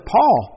Paul